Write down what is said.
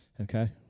okay